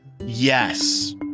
Yes